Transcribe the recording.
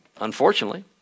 unfortunately